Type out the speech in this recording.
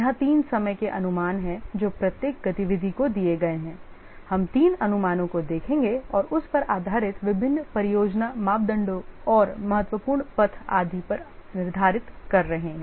यहां तीन समय के अनुमान हैं जो प्रत्येक गतिविधि को दिए गए हैं हम तीन अनुमानों को देखेंगे और उस पर आधारित विभिन्न परियोजना मापदंडों और महत्वपूर्ण पथ आदि पर निर्धारित कर रहे हैं